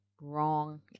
wrong